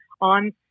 on